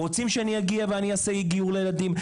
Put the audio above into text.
רוצים שאני אגיע ואעשה גיור לילדים.